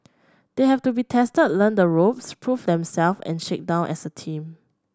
they have to be tested learn the ropes prove themselves and shake down as a team